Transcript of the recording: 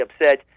upset